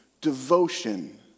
devotion